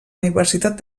universitat